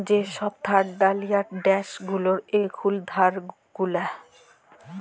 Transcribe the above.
যে সব থার্ড ডালিয়ার ড্যাস গুলার এখুল ধার গুলা